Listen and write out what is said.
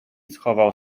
schował